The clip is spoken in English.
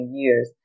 years